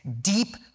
deep